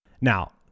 Now